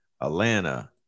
Atlanta